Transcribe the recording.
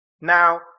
Now